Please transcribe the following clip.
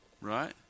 Right